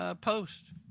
post